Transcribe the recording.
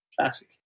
classic